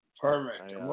Perfect